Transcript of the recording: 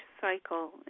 cycle